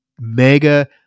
mega